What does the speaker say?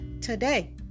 today